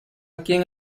quien